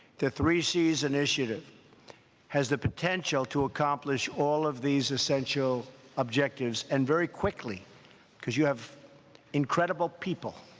the three seas initiative has the potential to accomplish all of these essential objectives and very quickly because you have incredible people,